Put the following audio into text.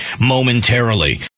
momentarily